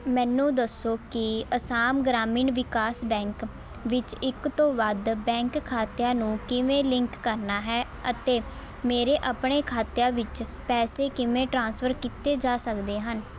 ਮੈਨੂੰ ਦੱਸੋ ਕਿ ਅਸਾਮ ਗ੍ਰਾਮੀਣ ਵਿਕਾਸ ਬੈਂਕ ਵਿੱਚ ਇੱਕ ਤੋਂ ਵੱਧ ਬੈਂਕ ਖਾਤਿਆਂ ਨੂੰ ਕਿਵੇਂ ਲਿੰਕ ਕਰਨਾ ਹੈ ਅਤੇ ਮੇਰੇ ਆਪਣੇ ਖਾਤਿਆਂ ਵਿੱਚ ਪੈਸੇ ਕਿਵੇਂ ਟ੍ਰਾਂਸਫਰ ਕੀਤੇ ਜਾ ਸਕਦੇ ਹਨ